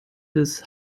des